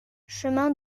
chemin